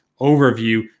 overview